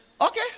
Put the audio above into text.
okay